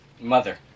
Mother